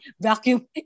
vacuum